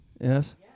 Yes